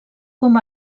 com